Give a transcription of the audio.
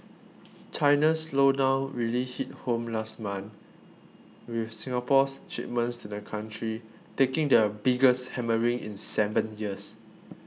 China's slowdown really hit home last month with Singapore's shipments to the country taking the biggest hammering in seven years